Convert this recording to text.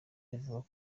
ivuga